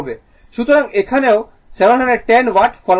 সুতরাং এখানেও 710 ওয়াট ফলাফল পাবে